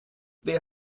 wer